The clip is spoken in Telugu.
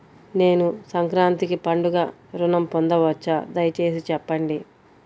నేను సంక్రాంతికి పండుగ ఋణం పొందవచ్చా? దయచేసి చెప్పండి?